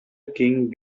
king